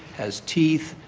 has teeth,